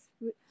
food